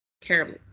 terrible